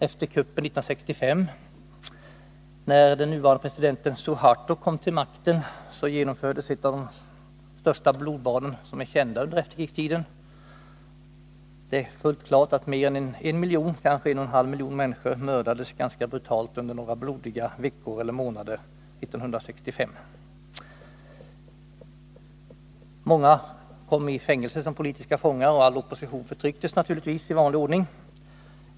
Efter kuppen 1965, när den nuvarande presidenten Suharto kom till makten, genomfördes ett av de största blodbad som är kända under efterkrigstiden. Det är fullt klart att mer än 1 miljon, kanske 1,5 miljoner människor mördades ganska brutalt under några blodiga veckor eller månader 1965. Många kom i fängelse som politiska fångar, och all opposition förtrycktes 57 naturligtvis i vanlig ordning.